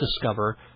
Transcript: discover